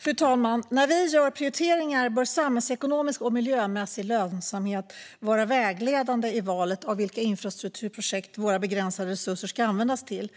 Fru talman! När vi gör prioriteringar bör samhällsekonomisk och miljömässig lönsamhet vara vägledande i valet av vilka infrastrukturprojekt våra begränsade resurser ska användas till.